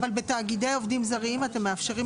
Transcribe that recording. אבל בתאגידי עובדים זרים אתם מאפשרים